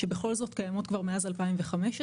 שבכל זאת קיימות כבר מאז 2015,